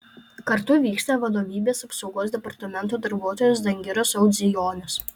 kartu vyksta vadovybės apsaugos departamento darbuotojas dangiras audzijonis